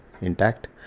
intact